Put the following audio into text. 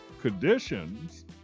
conditions